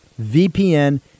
VPN